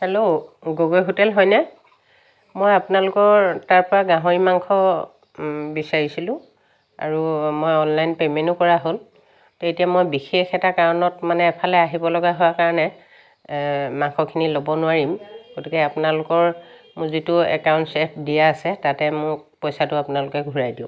hello Gogoi hotel হয়নে মই আপোনালোকৰ তাৰ পৰা গাহৰি মাংস বিচাৰিছিলোঁ আৰু মই অনলাইন পে'মেণ্টো কৰা হ'ল তো এতিয়া মই বিশেষ এটা কাৰণত মানে এফালে আহিব লগা হোৱা কাৰণে মাংসখিনি ল'ব নোৱাৰিম গতিকে আপোনালোকৰ মোৰ যিটো একাউণ্ট ছেভ দিয়া আছে তাতে মোক পইচাটো আপোনালোকে ঘূৰাই দিয়ক